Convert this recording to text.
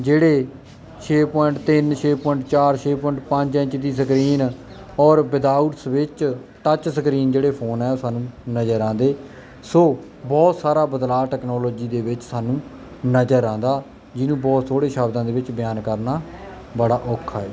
ਜਿਹੜੇ ਛੇ ਪੁਆਇੰਟ ਤਿੰਨ ਛੇ ਪੁਆਇੰਟ ਚਾਰ ਛੇ ਪੁਆਇੰਟ ਪੰਜ ਇੰਚ ਦੀ ਸਕਰੀਨ ਔਰ ਵਿਦਆਊਟ ਸਵਿੱਚ ਟੱਚ ਸਕਰੀਨ ਜਿਹੜੇ ਫੋਨ ਆ ਸਾਨੂੰ ਨਜ਼ਰ ਆਉਂਦੇ ਸੋ ਬਹੁਤ ਸਾਰਾ ਬਦਲਾਅ ਟੈਕਨੋਲੋਜੀ ਦੇ ਵਿੱਚ ਸਾਨੂੰ ਨਜ਼ਰ ਆਉਂਦਾ ਜਿਹਨੂੰ ਬਹੁਤ ਥੋੜ੍ਹੇ ਸ਼ਬਦਾਂ ਦੇ ਵਿੱਚ ਬਿਆਨ ਕਰਨਾ ਬੜਾ ਔਖਾ ਏ